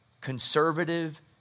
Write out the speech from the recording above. conservative